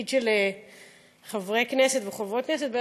בתפקיד של חברי כנסת וחברות כנסת,